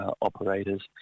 operators